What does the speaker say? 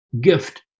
gift